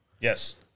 Yes